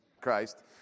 Christ